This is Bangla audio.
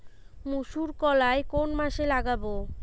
মুসুর কলাই কোন মাসে লাগাব?